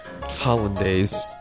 hollandaise